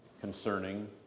concerning